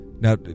Now